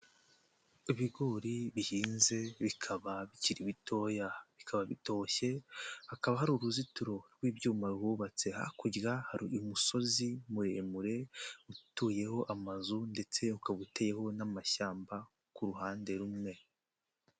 Ibigori bihinze bikaba bikiri bitoya, bikaba bitoshye, hakaba hari uruzitiro rw'ibyuma ruhubatse, hakurya hari umusozi muremure, utuyeho amazu ndetse ukaba uteyeho n'amashyamba ku ruhande rumwe.